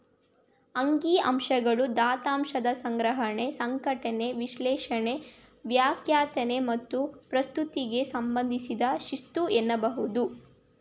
ಅಂಕಿಅಂಶಗಳು ದತ್ತಾಂಶದ ಸಂಗ್ರಹಣೆ, ಸಂಘಟನೆ, ವಿಶ್ಲೇಷಣೆ, ವ್ಯಾಖ್ಯಾನ ಮತ್ತು ಪ್ರಸ್ತುತಿಗೆ ಸಂಬಂಧಿಸಿದ ಶಿಸ್ತು ಎನ್ನಬಹುದು